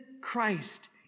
Christ